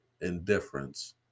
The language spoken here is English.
indifference